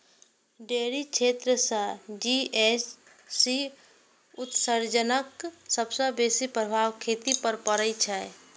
dairy क्षेत्र सं GHC उत्सर्जनक सबसं बेसी प्रभाव खेती पर पड़ै छै